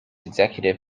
executive